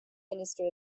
minister